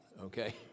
okay